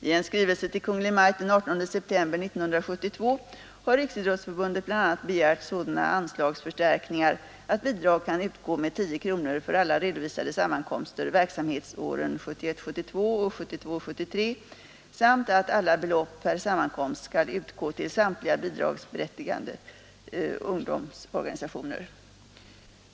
I en skrivelse till Kungl. Maj:t den 18 september 1972 har Riksidrottsförbundet bl.a. begärt sådana anslagsförstärkningar att bidrag kan utgå med 10 kronor för alla redovisade sammankomster verksamhetsåren 1971 73 samt att samma belopp per sammankomst skall utgå till samtliga bidragsberättigade ungdomsorganisationer.